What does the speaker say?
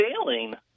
failing